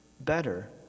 better